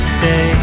say